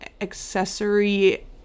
accessory